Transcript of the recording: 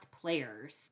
players